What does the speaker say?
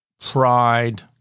pride